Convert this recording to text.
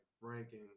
ranking